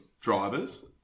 drivers